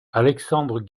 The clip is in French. alexandre